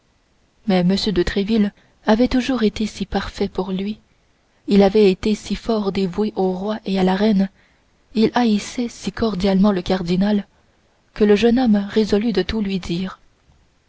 mais m de tréville avait toujours été si parfait pour lui il était si fort dévoué au roi et à la reine il haïssait si cordialement le cardinal que le jeune homme résolut de tout lui dire